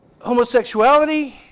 Homosexuality